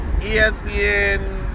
ESPN